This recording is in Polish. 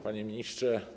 Panie Ministrze!